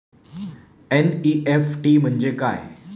NEFT म्हणजे काय?